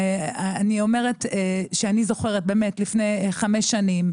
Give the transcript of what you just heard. אני זוכרת לפני חמש שנים,